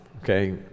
okay